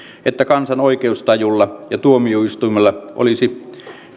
että kansan oikeustajulla ja tuomioistuimella olisi